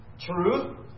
Truth